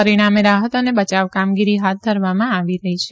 પરીણામે રાહત અને બયાવ કામગીરી હાથ ધરવામાં આવી રહી છે